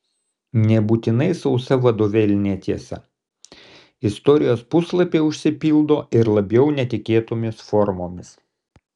nebūtinai sausa vadovėlinė tiesa istorijos puslapiai užsipildo ir labiau netikėtomis formomis